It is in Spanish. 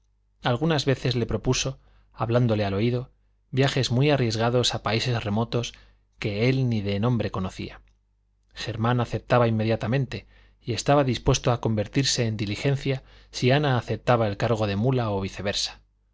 algunas veces le propuso hablándole al oído viajes muy arriesgados a países remotos que él ni de nombre conocía germán aceptaba inmediatamente y estaba dispuesto a convertirse en diligencia si ana aceptaba el cargo de mula o viceversa